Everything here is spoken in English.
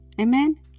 Amen